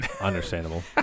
Understandable